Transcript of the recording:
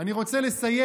אני רוצה לסיים.